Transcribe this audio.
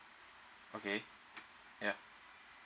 okay ya